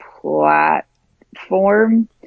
platform